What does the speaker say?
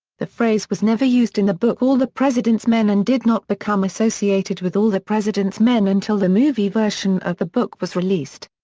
the phrase was never used in the book all the president's men and did not become associated with all the president's men until the movie version of the book was released.